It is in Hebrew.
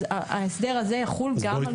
אז ההסדר הזה יחול גם.